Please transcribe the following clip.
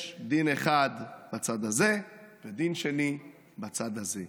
יש דין אחד בצד הזה ודין שני בצד הזה.